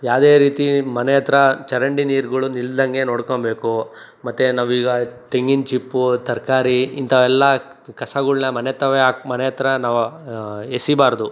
ಯಾವುದೇ ರೀತಿ ಮನೆ ಹತ್ರ ಚರಂಡಿ ನೀರ್ಗುಳು ನಿಲ್ಲದಂಗೆ ನೋಡ್ಕೊಬೇಕು ಮತ್ತು ನಾವೀಗ ತೆಂಗಿನ ಚಿಪ್ಪು ತರಕಾರಿ ಇಂಥವೆಲ್ಲ ಕಸಗಳ್ನ ಮನೆತಾವೇ ಹಾಕ್ ಮನೆ ಹತ್ರ ನಾವು ಎಸಿಬಾರದು